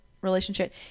relationship